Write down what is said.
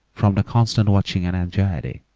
from the constant watching and anxiety.